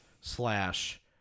slash